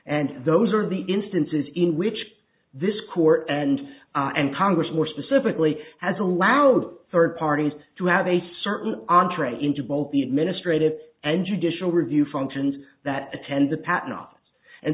and those are the instances in which this court and and congress more specifically has allowed third parties to have a certain entree into both the administrative and judicial review functions that attend the patent office and